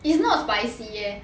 it's not spicy eh